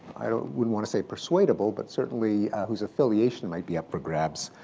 i wouldn't want to say persuadable, but certainly whose affiliation might be up for grabs,